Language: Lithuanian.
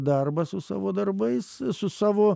darbą su savo darbais su savo